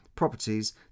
Properties